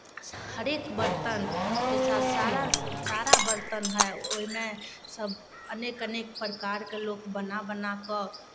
हरेक बरतन ऐसा सारा सारा बरतन हइ ओहिमे सभ अनेक अनेक प्रकारके लोक बना बना कऽ